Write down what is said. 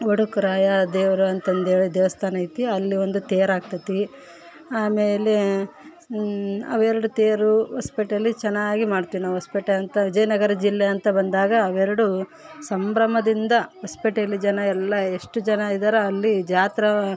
ಒಡುಕರಾಯ ದೇವರು ಅಂತಂದೇಳಿ ದೇವಸ್ಥಾನ ಐತಿ ಅಲ್ಲಿ ಒಂದು ತೇರು ಆಗ್ತದೆ ಆಮೇಲೆ ಅವೆರಡು ತೇರು ಹೊಸಪೇಟೆಯಲ್ಲಿ ಚೆನ್ನಾಗಿ ಮಾಡ್ತೀವಿ ನಾವು ಹೊಸಪೇಟೆ ಅಂತ ವಿಜಯನಗರ ಜಿಲ್ಲೆ ಅಂತ ಬಂದಾಗ ಅವೆರಡು ಸಂಭ್ರಮದಿಂದ ಹೊಸಪೇಟೆಯಲ್ಲಿ ಜನ ಎಲ್ಲ ಎಷ್ಟು ಜನ ಇದಾರೆ ಅಲ್ಲಿ ಜಾತ್ರಾ